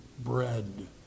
Bread